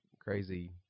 crazy